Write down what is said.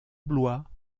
blois